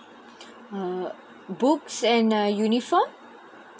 uh books and uh uniform